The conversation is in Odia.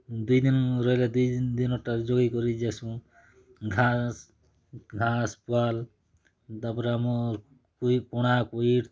ଦୁଇ ଦିନ୍ ରହିଲେ ଦୁଇ ଦିନ୍ଟା ରହି କରି ଯେ ଆସୁଁ ଘାସ୍ ଘାସ୍ ପୁଆଲ୍ ତା'ପରେ ଆମର ପୁଇ ପଣା ପୁଇର୍